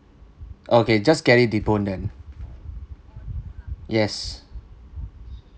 okay just get it debone then yes